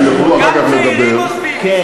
בזכותך לא רק מסתננים עוזבים, גם